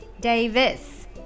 Davis